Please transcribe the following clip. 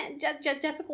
Jessica